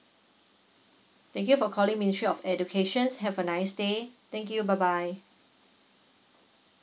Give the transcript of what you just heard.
thank you for calling ministry of education have a nice day thank you bye bye